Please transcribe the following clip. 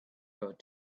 got